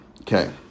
Okay